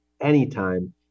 anytime